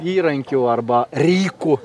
įrankių arba rykų